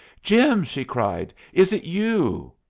jim! she cried. is it you?